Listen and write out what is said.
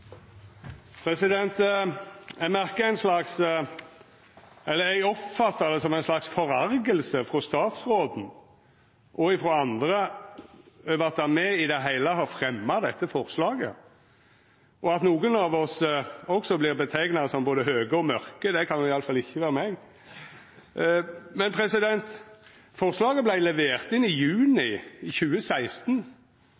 Eg oppfattar det som ei slags forarging frå statsråden og andre over at me i det heile har fremja dette forslaget, og at nokre av oss også vert framstilte som høge og mørke – det kan iallfall ikkje vera meg. Men forslaget vart levert inn i juni